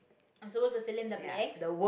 i'm supposed to fill in the blanks